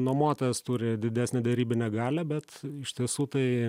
nuomotojas turi didesnę derybinę galią bet iš tiesų tai